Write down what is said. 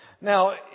Now